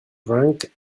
drunk